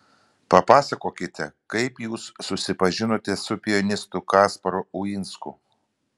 papasakokite kaip jūs susipažinote su pianistu kasparu uinsku